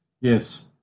Yes